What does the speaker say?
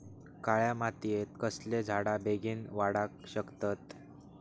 काळ्या मातयेत कसले झाडा बेगीन वाडाक शकतत?